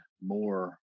more